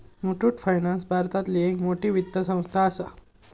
Muthoot finance भारतातली एक मोठी वित्त संस्था आसा